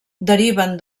deriven